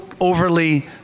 overly